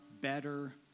better